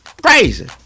Crazy